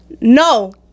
no